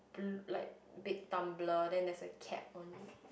b~ like big tumbler then there's a cap on it